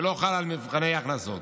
ולא חל על מבחני הכנסות.